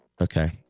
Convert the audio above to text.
Okay